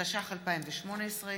התשע"ח 2018,